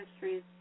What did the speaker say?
histories